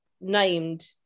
named